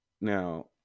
now